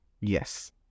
Yes